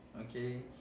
okay